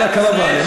על הקרוונים.